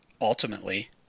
ultimately